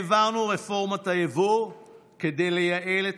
העברנו את רפורמת היבוא כדי לייעל את